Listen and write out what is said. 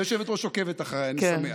היושבת-ראש עוקבת אחריי, אני שמח